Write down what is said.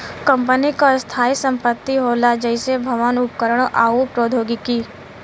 company क स्थायी संपत्ति होला जइसे भवन, उपकरण आउर प्रौद्योगिकी